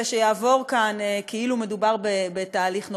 שיעבור כאן כאילו מדובר בתהליך נורמלי.